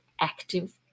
active